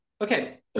okay